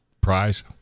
Prize